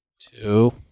Two